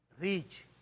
reach